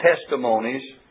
testimonies